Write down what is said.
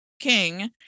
King